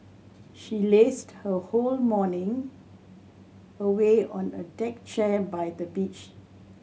she lazed her whole morning away on a deck chair by the beach